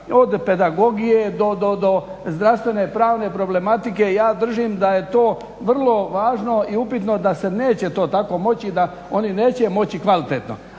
od pedagogije do zdravstvene, pravne problematike. Ja držim da je to vrlo važno i upitno da se neće to tako moći, da oni neće moći kvalitetno.